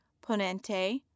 Ponente